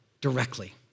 directly